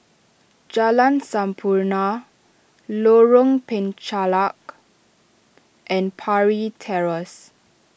Jalan Sampurna Lorong Penchalak and Parry Terrace